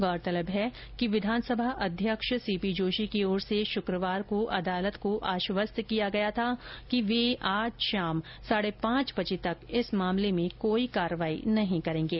गौरतलब है कि विधानसभा अध्यक्ष सी पी जोशी की ओर से शुक्रवार को अदालत को आश्वस्त किया गया था कि वे आज शाम साढ़े पांच बजे तक इस मामले में कोई कार्रवाई नहीं करेंगे